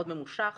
מאוד ממושך,